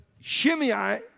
Shimei